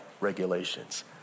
regulations